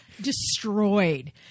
destroyed